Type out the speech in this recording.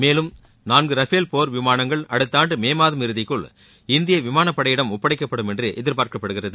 மேலும் நான்கு ரஃபேல் போர் விமானங்கள் அடுத்த ஆண்டு மே மாதம் இறதிக்குள் இந்திய விமானப் படையிடம் ஒப்படைக்கப்படும் என்று எதிர்பார்க்கப்படுகிறது